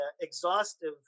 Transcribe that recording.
exhaustive